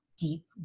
deep